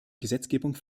gesetzgebung